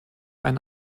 ein